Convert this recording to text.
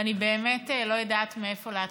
ואני באמת לא יודעת מאיפה להתחיל.